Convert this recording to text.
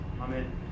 Amen